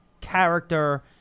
character